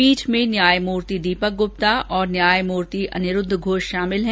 पीठ में न्यायमुर्ति दीपक गुप्ता और न्यायमुर्ति अनिरूद्व घोष शामिल हैं